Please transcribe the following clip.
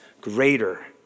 greater